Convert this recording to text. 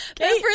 Okay